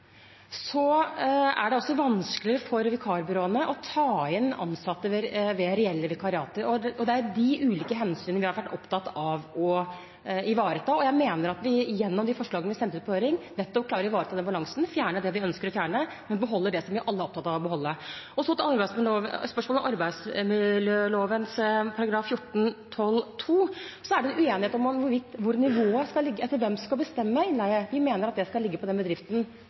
det vanskeligere for vikarbyråene å ta inn ansatte ved reelle vikariater. Det er de ulike hensynene vi har vært opptatt av å ivareta, og jeg mener at vi gjennom de forslagene vi sendte ut på høring, nettopp klarer å ivareta den balansen – fjerne det vi ønsker å fjerne, men beholde det vi alle er opptatt av å beholde. Til spørsmålet om arbeidsmiljøloven § 14-12 andre ledd er det uenighet om hvor nivået skal ligge, altså hvem som skal bestemme. Vi mener at det skal ligge på den bedriften